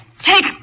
Take